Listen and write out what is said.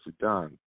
Sudan